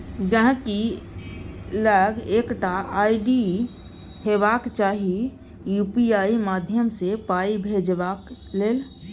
गांहिकी लग एकटा आइ.डी हेबाक चाही यु.पी.आइ माध्यमसँ पाइ भेजबाक लेल